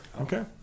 Okay